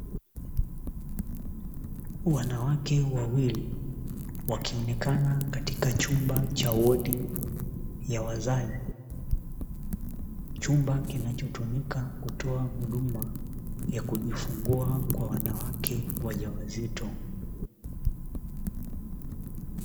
Wanawake wawili wakionekana katika chumba cha wodi ya wazazi chumba kinachotumika kutoa huduma ya kujifungua kwa wanawake wajawazito.